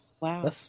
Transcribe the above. Wow